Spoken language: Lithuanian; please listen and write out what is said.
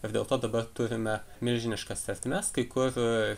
ir dėl to dabar turime milžiniškas ertmes kai kur